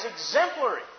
exemplary